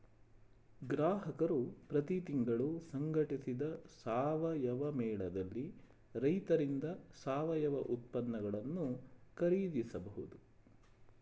ಗ್ರಾಹಕರು ಪ್ರತಿ ತಿಂಗಳು ಸಂಘಟಿಸಿದ ಸಾವಯವ ಮೇಳದಲ್ಲಿ ರೈತರಿಂದ ಸಾವಯವ ಉತ್ಪನ್ನಗಳನ್ನು ಖರೀದಿಸಬಹುದು